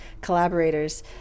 collaborators